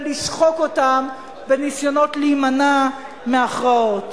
ולשחוק אותם בניסיונות להימנע מהכרעות.